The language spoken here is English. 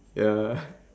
ya